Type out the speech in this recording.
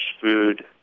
food